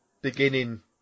beginning